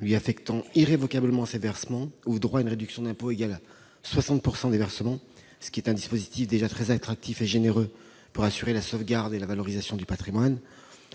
lui affectant irrévocablement ses versements ouvrent droit à une réduction d'impôt égale à 60 % des versements, ce qui est déjà un dispositif très attractif et généreux pour assurer la sauvegarde et la valorisation du patrimoine.